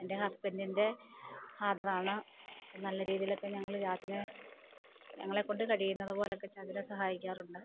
എൻ്റെ ഹസ്ബൻറ്റിൻ്റെ ഫാദറാണ് നല്ല രീതിയിലൊക്കെ ഞങ്ങള് ചാച്ചനേ ഞങ്ങളേക്കൊണ്ട് കഴിയുന്നത് പോലെ ഒക്കെ ചാച്ചനേ സഹായിക്കാറുണ്ട്